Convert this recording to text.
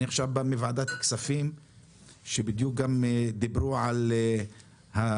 אני עכשיו בא מוועדת הכספים כשבדיוק דיברו על הדרישות